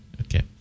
okay